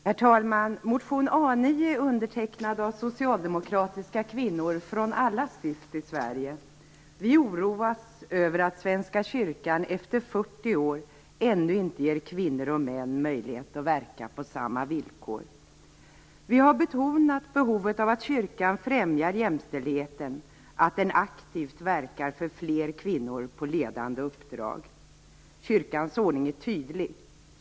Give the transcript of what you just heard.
Herr talman! Motion A9 är undertecknad av socialdemokratiska kvinnor från alla stift i Sverige. Vi oroas av att Svenska kyrkan efter 40 år ännu inte ger kvinnor och män möjlighet att verka på samma villkor. Vi har betonat behovet av att kyrkan främjar jämställdheten och att den aktivt verkar för fler kvinnor med ledande uppdrag. Kyrkans ordning är tydlig.